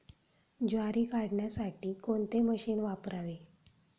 ज्वारी काढण्यासाठी कोणते मशीन वापरावे?